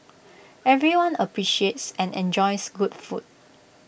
everyone appreciates and enjoys good food